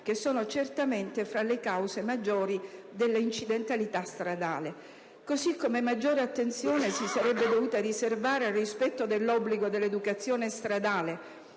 sono certamente tra le cause maggiori della incidentalità stradale. Così come maggiore attenzione si sarebbe dovuta riservare al rispetto dell'obbligo dell'educazione stradale.